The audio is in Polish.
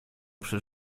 przy